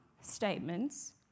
statements